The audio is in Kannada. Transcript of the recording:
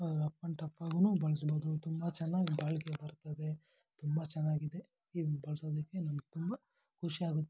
ರಫ್ ಆ್ಯಂಡ್ ಟಫ್ ಆಗೂ ಬಳಸ್ಬೌದು ತುಂಬ ಚೆನ್ನಾಗ್ ಬಾಳಿಕೆ ಬರ್ತದೆ ತುಂಬ ಚೆನ್ನಾಗಿದೆ ಇದನ್ನು ಬಳಸೋದಕ್ಕೆ ನನಗೆ ತುಂಬ ಖುಷಿಯಾಗುತ್ತೆ